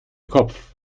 kopf